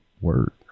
Word